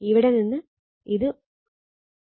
ഇവിടെ ഇത് 1 ആണ്